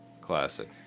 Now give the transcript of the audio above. Classic